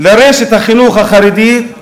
לרשת החינוך החרדי,